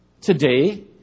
today